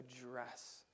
address